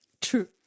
true